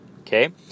okay